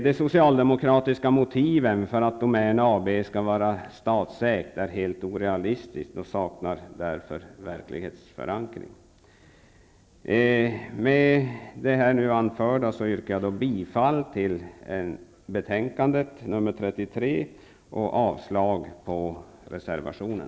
De socialdemokratiska motiven till att Domän AB skall vara statsägt är helt orealistiska och saknar därför verklighetsförankring. Med det här anförda, herr talman, yrkar jag bifall till utskottets hemställan i betänkande nr 33 och avslag på samtliga reservationer.